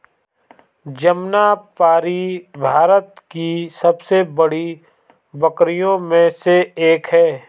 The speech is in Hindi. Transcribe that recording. जमनापारी भारत की सबसे बड़ी बकरियों में से एक है